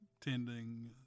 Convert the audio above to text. tending